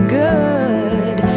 good